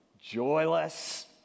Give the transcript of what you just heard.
joyless